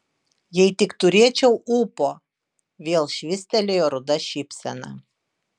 jei tik turėčiau ūpo vėl švystelėjo ruda šypsena